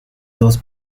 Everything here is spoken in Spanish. dos